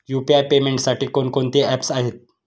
UPI पेमेंटसाठी कोणकोणती apps आहेत?